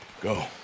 Go